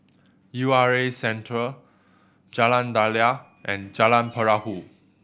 U R A Centre Jalan Daliah and Jalan Perahu